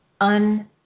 un